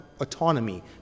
autonomy